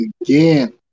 again